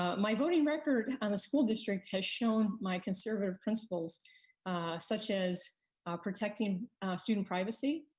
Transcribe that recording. um my voting record on a school district has shown my conservative principles such as protecting student privacy,